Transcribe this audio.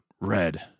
Red